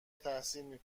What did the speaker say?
تحصیل